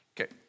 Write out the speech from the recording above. Okay